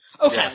Okay